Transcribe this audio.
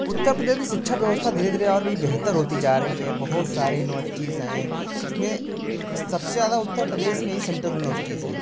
उत्तर प्रदेश में शिक्षा व्यवस्था धीरे धीरे और भी बेहतर होती जा रही है बहुत सारे इनवर्सिटीज़ हैं इसमें सबसे ज़्यादा उत्तर प्रदेश में सेंट्रल इनवर्सिटीज़ हैं